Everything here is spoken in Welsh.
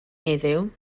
heddiw